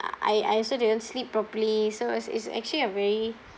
I I also didn't sleep properly so it's it's actually a very